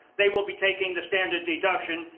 they will be taking the standard deduction.